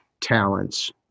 talents